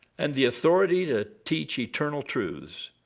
and the authority to teach eternal truths,